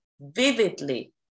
vividly